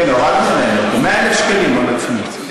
כן, הורדנו להם, 100,000 שקלים הון עצמי.